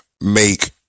make